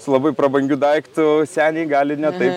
su labai prabangiu daiktu seniai gali ne taip